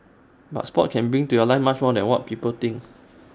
but Sport can bring to your life much more than what people think